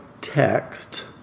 text